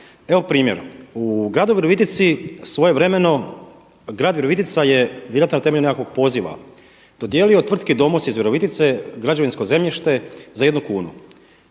Evo primjer. U gradu Virovitici svojevremeno, grad Virovitica vjerojatno temeljem nekakvog poziva dodijelio tvrtki Domos iz Virovitice građevinsko zemljište za 1 kunu.